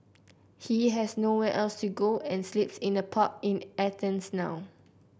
he has nowhere else to go and sleeps in a park in Athens now